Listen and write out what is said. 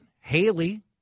Haley